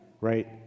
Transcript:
right